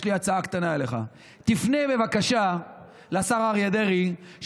יש לי הצעה קטנה אליך: תפנה בבקשה לשר אריה דרעי,